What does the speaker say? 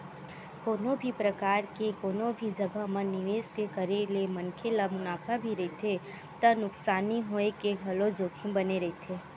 कोनो भी परकार के कोनो भी जघा म निवेस के करे ले मनखे ल मुनाफा भी रहिथे त नुकसानी होय के घलोक जोखिम बने रहिथे